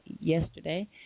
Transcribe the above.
yesterday